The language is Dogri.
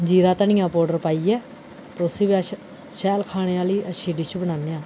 जीरा धनिया पाउडर पाइयै ते उस्सी भी अस शैल खाने आह्ली अच्छी डिश बनान्ने आं